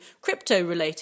crypto-related